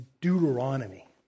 Deuteronomy